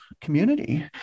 community